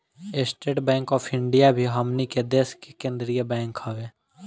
estate bank of India भी हमनी के देश के केंद्रीय बैंक हवे